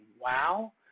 wow